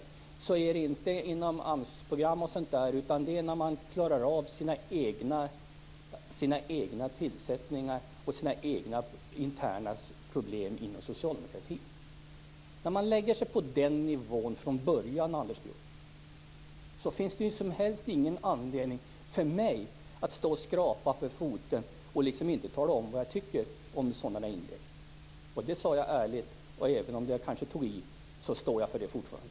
Han sade att det inte är inom AMS-program och sådant, utan att det är att klara sina egna tillsättningar och sina egna interna problem inom socialdemokratin. När Anders Björck lägger sig på den nivån från början finns det ingen som helst anledning för mig att stå och skrapa med foten och låta bli att tala om vad jag tycker om sådana inlägg. Det sade jag ärligt. Även om jag kanske tog i står jag för det fortfarande.